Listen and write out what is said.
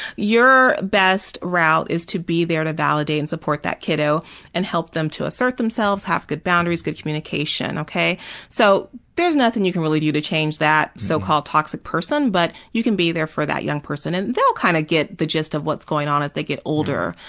your best route is to be there to validate and support that kiddo and help them to assert themselves, have good boundaries, good communication. so there's nothing you can really do to change that so-called toxic person, but you can be there for that young person, and they'll kind of get the gist of what's going on as they get older.